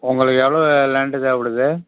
உங்களுக்கு எவ்வளோ லேண்டு தேவைப்படுது